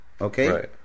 okay